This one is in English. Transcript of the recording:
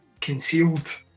Concealed